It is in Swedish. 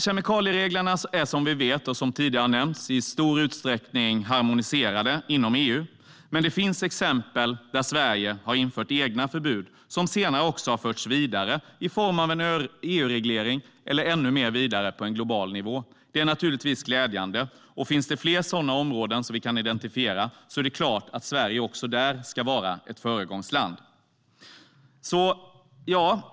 Kemikaliereglerna är som vi vet och som tidigare har nämnts i stor utsträckning harmoniserade inom EU, men det finns exempel där Sverige har infört egna förbud som senare har förts vidare i form av en EU-reglering eller reglering på global nivå. Det är naturligtvis glädjande. Finns det fler sådana områden som vi kan identifiera är det klart att Sverige också där ska vara ett föregångsland.